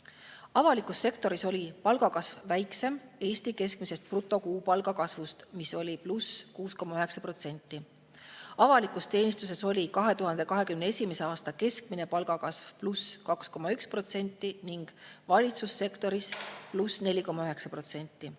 Avalikus sektoris oli palgakasv väiksem Eesti keskmisest brutokuupalga kasvust, mis oli 6,9%. Avalikus teenistuses oli 2021. aasta keskmine palgakasv 2,1% ning valitsussektoris 4,9%.